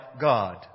God